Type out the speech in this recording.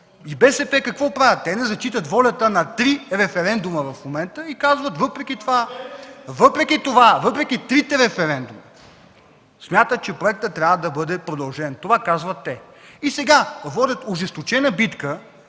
БСП какво правят? Те не зачитат волята на три референдума в момента и казват (реплики от КБ) въпреки това, въпреки трите референдума смятат, че проектът трябва да бъде продължен – това казват те. Сега водят ожесточена битка